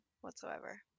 whatsoever